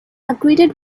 upgraded